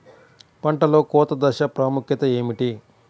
పంటలో కోత దశ ప్రాముఖ్యత ఏమిటి?